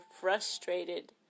frustrated